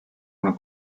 una